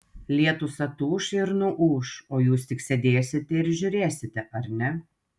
lietus atūš ir nuūš o jūs tik sėdėsite ir žiūrėsite ar ne